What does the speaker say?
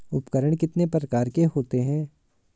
उपकरण कितने प्रकार के होते हैं?